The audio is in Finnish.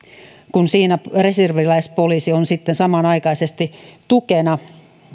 kun taas reserviläispoliisi on siinä sitten samanaikaisesti tukena